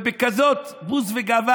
ובכאלה בוז וגאווה,